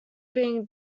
being